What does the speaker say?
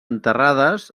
enterrades